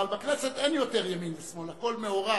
אבל בכנסת אין יותר ימין ושמאל, הכול מעורב,